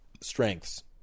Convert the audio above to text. strengths